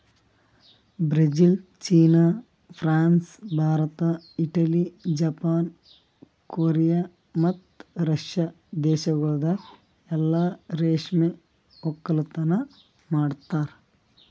Brazil, China, France, Bharat, Italy, Japan, Korea ಮತ್ತ Russia ದೇಶಗೊಳ್ದಾಗ್ ಎಲ್ಲಾ ರೇಷ್ಮೆ ಒಕ್ಕಲತನ ಮಾಡ್ತಾರ